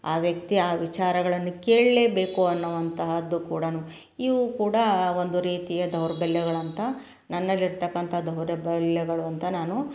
ಆ ವ್ಯಕ್ತಿ ಆ ವಿಚಾರಗಳನ್ನು ಕೇಳಲೇಬೇಕು ಎನ್ನುವಂತಹದ್ದು ಕೂಡ ಇವು ಕೂಡ ಒಂದು ರೀತಿಯ ದೌರ್ಬಲ್ಯಗಳಂತ ನನ್ನಲ್ಲಿರತಕ್ಕಂಥ ದೌರ್ಬಲ್ಯಗಳು ಅಂತ ನಾನು